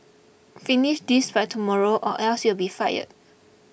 finish this by tomorrow or else you'll be fired